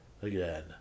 Again